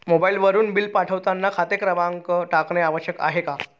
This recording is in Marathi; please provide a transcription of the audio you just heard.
मोबाईलवरून बिल पाठवताना खाते क्रमांक टाकणे आवश्यक आहे का?